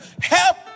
Help